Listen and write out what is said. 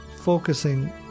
focusing